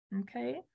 Okay